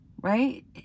right